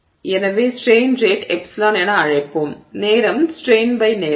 எனவே ஸ்ட்ரெய்ன் ரேட்டை ε என அழைப்போம் நேரம் ஸ்ட்ரெய்ன் நேரம்